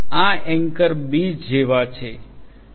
આ એન્કર બીજ જેવા છે